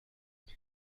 elle